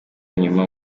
inyuma